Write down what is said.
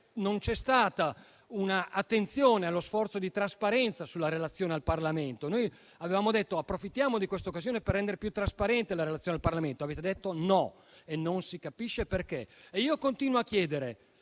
non c'è stata un'attenzione allo sforzo di trasparenza sulla relazione al Parlamento? Noi avevamo proposto di approfittare di questa occasione per rendere più trasparente la relazione al Parlamento. Avete detto no e non si capisce il perché. Vi leggo un comma che dice